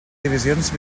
divisions